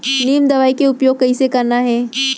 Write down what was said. नीम दवई के उपयोग कइसे करना है?